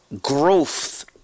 growth